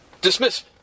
dismiss